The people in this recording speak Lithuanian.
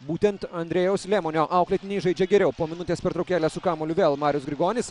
būtent andrejaus lemonio auklėtiniai žaidžia geriau po minutės pertraukėlės su kamuoliu vėl marius grigonis